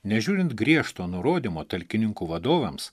nežiūrint griežto nurodymo talkininkų vadovams